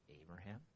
Abraham